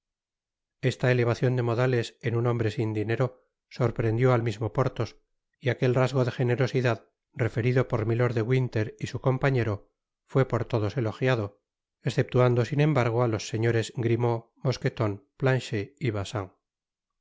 esta elevacion de modales en un hombre sin dinero sorprendió al mismo porthos aquel rasgo de generosidad referido por milord de winter y su compañero fué por todos elogiado esceptuando sin embargo á los señores grimaud mosqueton planchet y bacin